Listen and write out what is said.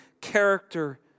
character